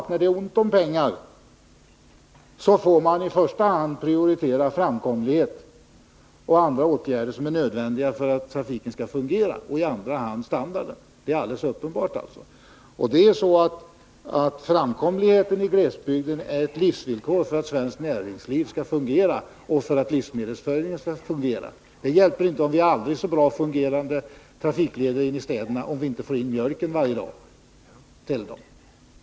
När det är ont om pengar får man vidare i första hand prioitera insatser för framkomlighet och andra åtgärder som är nödvändiga för att trafiken skall fungera, i andra hand standardhöjande insatser. Framkomligheten i glesbygden är ett livsvillkor för att näringslivet och livsmedelsförsörjningen skall kunna fungera. Det är inte tillräckligt att ha aldrig så väl fungerande trafikleder inne i städerna, såvida vi inte får in mjölken dit varje dag.